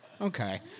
Okay